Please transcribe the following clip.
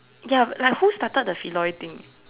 ya like who started the Feloy thing